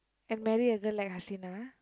and marry a girl like Hasina